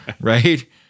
right